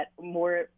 more